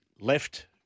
left